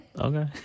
Okay